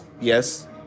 Yes